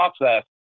process